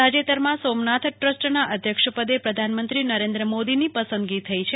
તાજેતરમાં સોમનાથ દ્રસ્ટના અધ્યક્ષપદે પ્રધાનમંત્રી નરેન્દ્ર મોદીની પસંદગી થઈ છે